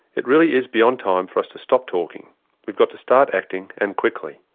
it really is beyond time for us to stop talking we've got to start acting, and quickly.